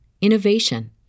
innovation